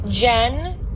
Jen